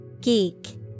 Geek